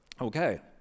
okay